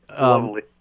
lovely